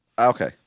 Okay